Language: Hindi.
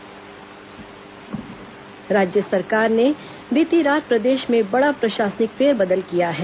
तबादला राज्य सरकार ने बीती रात प्रदेश में बड़ा प्रशासनिक फेरबदल किया है